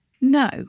No